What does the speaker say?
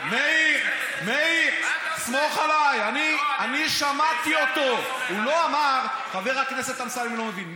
שאני אמסלם ואני לא אמור להבין.